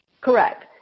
Correct